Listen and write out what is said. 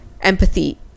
empathy